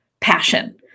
passion